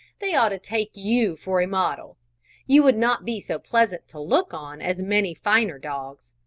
they ought to take you for a model you would not be so pleasant to look on as many finer dogs,